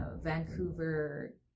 Vancouver